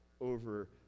over